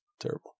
terrible